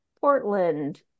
Portland